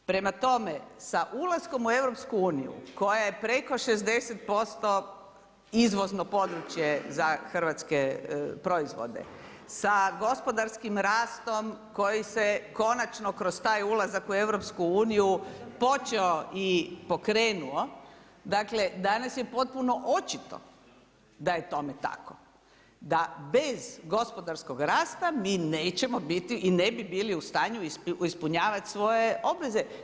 Prema tome, sa ulaskom u EU-u koja je preko 60% izvozno područje za hrvatske proizvode, sa gospodarskim rastom koji se konačno kroz taj ulazak u EU počeo i pokrenuo, dakle danas je potpuno očito da je tome tako, da bez gospodarskog rasta mi nećemo biti i ne bi bilo u stanju ispunjavat svoje obveze.